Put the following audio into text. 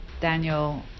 Daniel